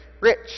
rich